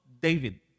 David